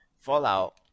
Fallout